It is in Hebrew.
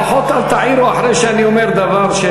לפחות אל תעירו אחרי שאני אומר דבר,